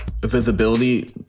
visibility